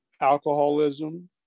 alcoholism